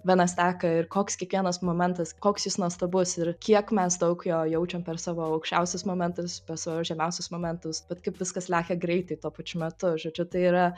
venas teka ir koks kiekvienas momentas koks jis nuostabus ir kiek mes daug jo jaučiam per savo aukščiausius momentus per savo žemiausius momentus bet kaip viskas lekia greitai tuo pačiu metu žodžiu tai yra